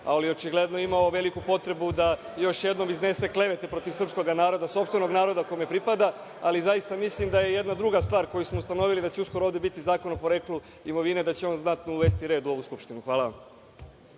Ali, očigledno je imao veliku potrebu da još jednom iznese klevete protiv srpskog naroda, sopstvenog naroda kome pripada, ali zaista mislim da je jedna druga stvar koju smo ustanovili, da će ovde uskoro biti Zakon o poreklu imovine, da ćemo znatno uvesti red u ovu Skupštinu. Hvala vam.